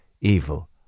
evil